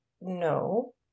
no